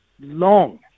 long